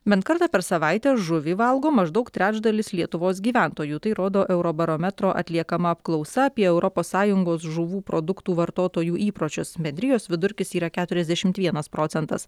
bent kartą per savaitę žuvį valgo maždaug trečdalis lietuvos gyventojų tai rodo eurobarometro atliekama apklausa apie europos sąjungos žuvų produktų vartotojų įpročius bendrijos vidurkis yra keturiasdešimt vienas procentas